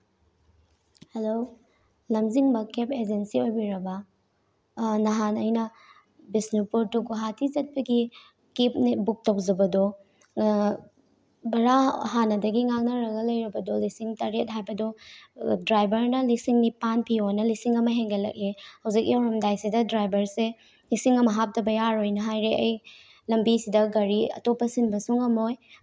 hello ꯂꯝꯖꯤꯡꯕ cab agency ꯑꯣꯏꯕꯤꯔꯕ꯭ꯔꯥ ꯑ ꯅꯍꯥꯟ ꯑꯩꯅ ꯕꯤꯁꯅꯨꯄꯨꯔ ꯇꯨ ꯒꯨꯋꯥꯍꯥꯇꯤ ꯆꯠꯄꯒꯤ ꯀꯦꯕꯅꯤ ꯕꯨꯛ ꯇꯧꯖꯕꯗꯣ ꯚꯔꯥ ꯍꯥꯟꯅꯗꯒꯤ ꯉꯥꯡꯅꯔꯒ ꯂꯩꯔꯕꯗꯣ ꯂꯤꯁꯤꯡ ꯇꯔꯦꯠ ꯍꯥꯏꯕꯗꯣ ꯗ꯭ꯔꯥꯏꯚꯔꯅ ꯂꯤꯁꯤꯡ ꯅꯤꯄꯥꯜ ꯄꯤꯌꯣꯅ ꯂꯤꯁꯤꯡ ꯑꯃ ꯍꯦꯟꯒꯠꯂꯛꯑꯦ ꯍꯧꯖꯤꯛ ꯌꯧꯔꯝꯗꯥꯏꯁꯤꯗ ꯗ꯭ꯔꯥꯏꯚꯔꯁꯦ ꯂꯤꯁꯤꯡ ꯑꯃ ꯍꯥꯞꯇꯕ ꯌꯥꯔꯣꯏꯅ ꯍꯥꯏꯔꯛꯑꯦ ꯑꯩ ꯂꯝꯕꯤꯁꯤꯗ ꯒꯥꯔꯤ ꯑꯇꯣꯞꯄ ꯁꯤꯟꯕꯁꯨ ꯉꯝꯃꯣꯏ